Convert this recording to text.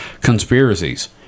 conspiracies